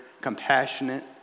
compassionate